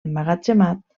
emmagatzemat